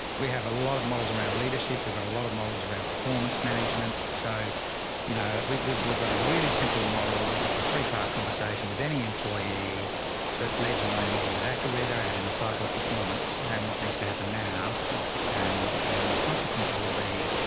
we have a lot of models around leadership. we've got a lot of models around performance management. so you know, we've, we've, we've got a really simple model that's a three part conversation with any employee that leaves them knowing exactly where they're at in the cycle of performance and what needs to happen now and, and what consequences will be.